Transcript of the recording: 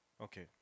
Okay